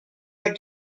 are